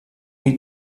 need